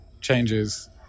Changes